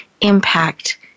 impact